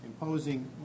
imposing